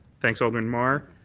thanks, alderman mar.